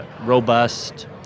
robust